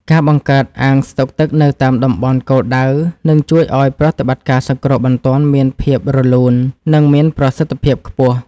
ការបង្កើតអាងស្តុកទឹកនៅតាមតំបន់គោលដៅនឹងជួយឱ្យប្រតិបត្តិការសង្គ្រោះបន្ទាន់មានភាពរលូន និងមានប្រសិទ្ធភាពខ្ពស់។